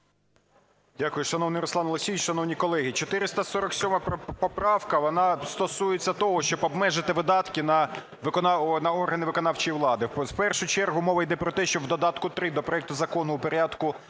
Дякую. Шановний Руслан Олексійович, шановні колеги, 447 поправка, вона стосується того, щоб обмежити видатки на органи виконавчої влади. В першу чергу мова йде про те, щоб в додатку 3 до проекту закону в рядку